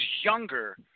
younger